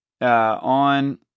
on